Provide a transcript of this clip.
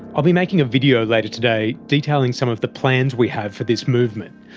i'll be making a video later today detailing some of the plans we have for this movement.